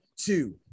two